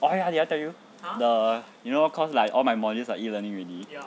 why ah did I tell you the you know cause like all my modules like E-learning already